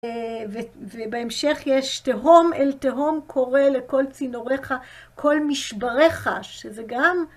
ובהמשך יש תהום אל תהום קורה לכל צינוריך, כל משבריך, שזה גם...